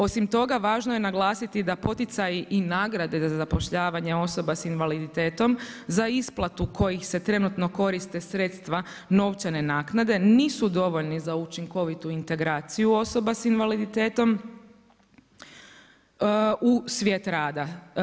Osim toga, važno je naglasiti da poticaji i nagrade za zapošljavanje osoba sa invaliditetom za isplatu kojih se trenutno koriste sredstva novčane naknade nisu dovoljni za učinkovitu integraciju osoba sa invaliditetom u svijet rada.